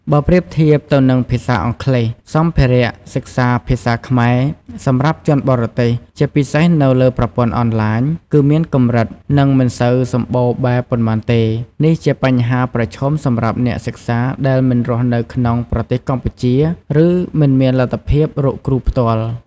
បើប្រៀបធៀបទៅនឹងភាសាអង់គ្លេស សម្ភារៈសិក្សាភាសាខ្មែរសម្រាប់ជនបរទេស ជាពិសេសនៅលើប្រព័ន្ធអនឡាញ គឺមានកម្រិត និងមិនសូវសម្បូរបែបប៉ុន្មានទេ។ នេះជាបញ្ហាប្រឈមសម្រាប់អ្នកសិក្សាដែលមិនរស់នៅក្នុងប្រទេសកម្ពុជា ឬមិនមានលទ្ធភាពរកគ្រូផ្ទាល់។